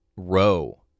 row